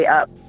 up